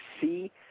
see